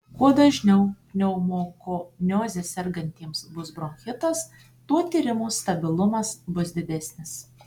kuo dažniau pneumokonioze sergantiesiems bus bronchitas tuo tyrimo stabilumas bus didesnis